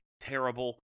terrible